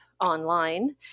online